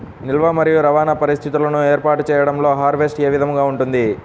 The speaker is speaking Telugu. నిల్వ మరియు రవాణా పరిస్థితులను ఏర్పాటు చేయడంలో హార్వెస్ట్ ఏ విధముగా ఉంటుంది?